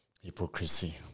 Hypocrisy